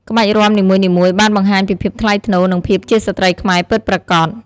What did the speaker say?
ក្បាច់រាំនីមួយៗបានបង្ហាញពីភាពថ្លៃថ្នូរ និងភាពជាស្ត្រីខ្មែរពិតប្រាកដ។